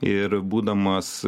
ir būdamas